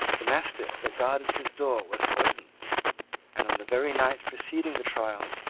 the mastiff that guarded his door was poisoned and, on the very night preceding the trial,